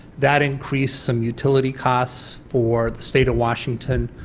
that increased some utility cost for the state of washington.